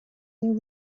there